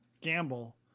gamble